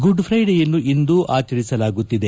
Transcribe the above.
good ಕ್ರೈಡೆಯನ್ನು ಇಂದು ಆಚರಿಸಲಾಗುತ್ತಿದೆ